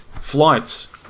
flights